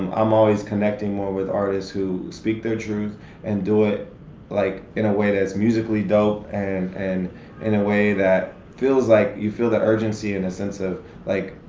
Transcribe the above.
i'm always connecting more with artists who speak their truth and do it like in a way that musically dope and and in a way that feels like you feel the urgency in a sense of like